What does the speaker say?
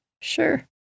Sure